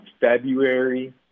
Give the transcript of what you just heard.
February